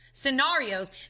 Scenarios